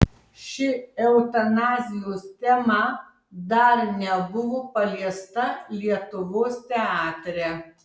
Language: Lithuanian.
ši eutanazijos tema dar nebuvo paliesta lietuvos teatre